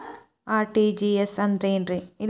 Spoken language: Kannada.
ಆರ್.ಟಿ.ಜಿ.ಎಸ್ ಅಂದ್ರ ಏನ್ರಿ?